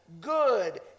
good